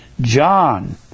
John